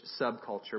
subculture